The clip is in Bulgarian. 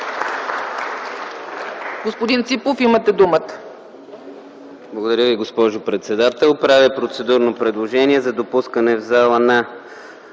Господин Ципов, имате думата.